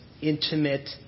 intimate